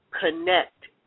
connect